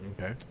Okay